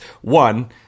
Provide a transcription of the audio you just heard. One